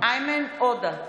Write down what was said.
מתחייב אני איימן עודה,